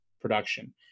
production